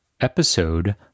Episode